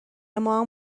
مام